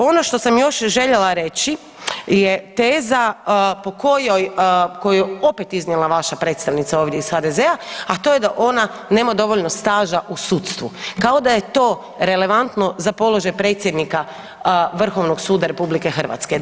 Ono što sam još željela reći je teza po kojoj, koju je opet iznijela vaša predstavnica ovdje iz HDZ-a a to je da ona nema dovoljno staža u sudstvu, kao da je to relevantno za položaj predsjednika Vrhovnog suda Republike Hrvatske.